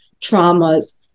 traumas